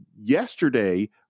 yesterday